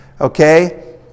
okay